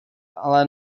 ale